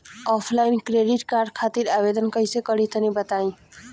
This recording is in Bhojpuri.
ऑफलाइन क्रेडिट कार्ड खातिर आवेदन कइसे करि तनि बताई?